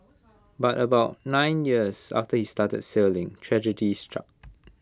but about nine years after he started sailing tragedy struck